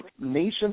nations